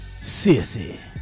Sissy